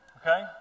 okay